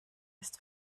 ist